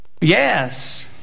Yes